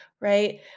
right